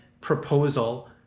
proposal